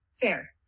Fair